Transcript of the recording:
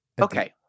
Okay